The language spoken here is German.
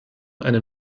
eine